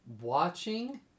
watching